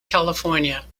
california